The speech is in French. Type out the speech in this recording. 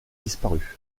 disparu